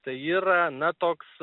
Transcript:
tai yra na toks